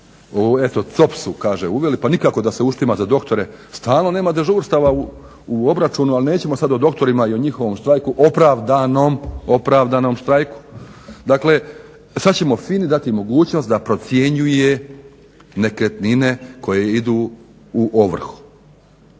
eto COP su kažu uveli pa nikako da se uštima za doktore stalno nema dežurstava u obračunu. Ali nećemo sad o doktorima i o njihovom štrajku, opravdanom, opravdanom štrajku. Dakle, sad ćemo FINA-i dati mogućnost da procjenjuje nekretnine koje idu u ovrhu.